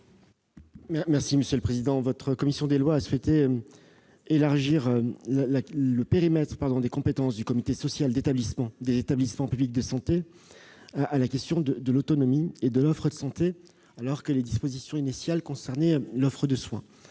secrétaire d'État. Votre commission des lois a souhaité élargir le périmètre des compétences du comité social d'établissement des établissements publics de santé à la question de l'autonomie et de l'offre de santé, alors que les dispositions initiales concernaient l'offre de soins.